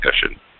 discussion